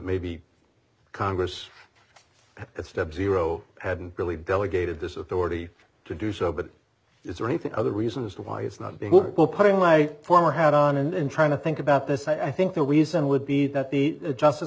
maybe congress step zero hadn't really delegated this authority to do so but is there anything other reasons why it's not being good while putting my former head on and trying to think about this i think the reason would be that the justice